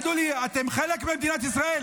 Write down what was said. תגידו לי, אתם חלק ממדינת ישראל?